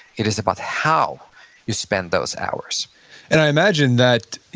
it is about how you spend those hours and i imagine that,